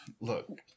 look